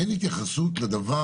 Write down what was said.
אין התייחסות לדבר